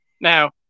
Now